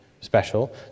special